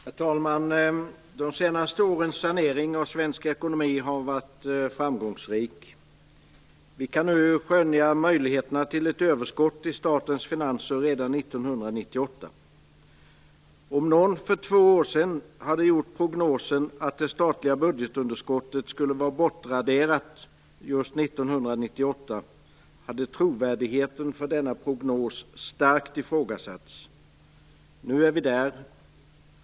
Herr talman! De senaste årens sanering av svensk ekonomi har varit framgångsrik. Vi kan skönja möjligheterna till ett överskott i statens finanser redan 1998. Om någon för två år sedan hade gjort prognosen att det statliga budgetunderskottet skulle vara bortraderat just 1998 hade trovärdigheten i den prognosen starkt ifrågasatts. Nu är vi där.